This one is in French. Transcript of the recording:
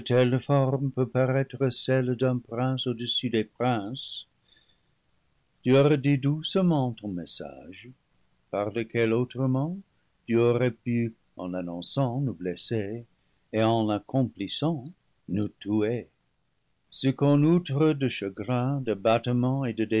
celle d'un prince au-dessus des princes tu as redit doucement ton message par lequel autrement lu aurais pu en l'annonçant nous blesser et en l'accomplissant nous tuer ce qu'en outre de chagrin d'abattement de